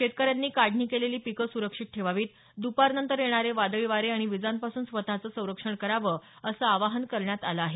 शेतकऱ्यांनी काढणी केलेली पीकं स्रक्षित ठेवावीत दुपारनंतर येणारे वादळी वारे आणि वीजांपासून स्वतचं संरक्षण करावे असं आवाहन करण्यात आलं आहे